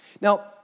Now